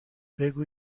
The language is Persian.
بگو